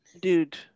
Dude